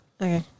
Okay